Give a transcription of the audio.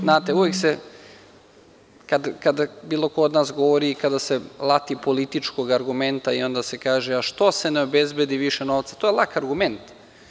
Znate, uvek se kada bilo ko od nas govori, kada se lati političkog argumenta i onda se kaže – a što se ne obezbedi više novca, to je lak argument.